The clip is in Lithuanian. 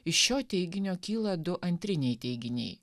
iš šio teiginio kyla du antriniai teiginiai